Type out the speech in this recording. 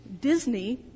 Disney